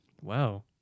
wow